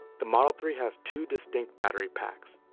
the model three has two distinct battery packs,